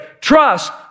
trust